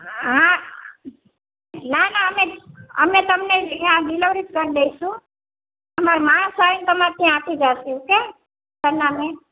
હા ના ના અમે અમે તમને ત્યાં ડિલેવરી જ કરી દઇશું અમારા માણસો આવીને તમારે ત્યાં આપી જશે ઓકે સરનામે